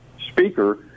Speaker